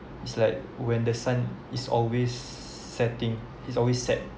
it's like when the sun is always setting is always set